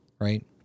right